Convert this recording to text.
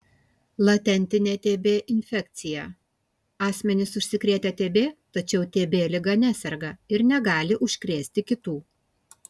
latentinė tb infekcija asmenys užsikrėtę tb tačiau tb liga neserga ir negali užkrėsti kitų